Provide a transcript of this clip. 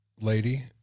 lady